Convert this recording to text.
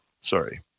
Sorry